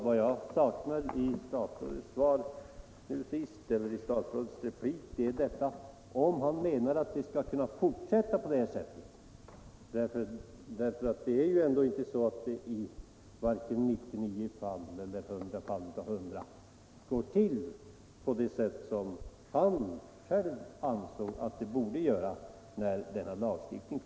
Vad jag saknade = vid expropriation av i statsrådets svar och i det kompletterande tillägget var ett uttalande mark om huruvida statsrådet menar att man skall fortsätta på samma sätt som hittills. Det är ju ändå inte så att expropriation i 100 fall på 100 går så till som statsrådet när lagen antogs ansåg att den borde gå till.